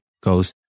goes